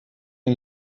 den